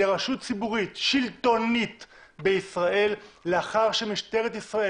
לרשות ציבורית שלטונית בישראל לאחר שמשטרת ישראל